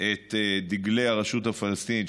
את דגלי הרשות הפלסטינית,